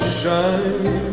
shine